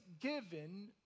given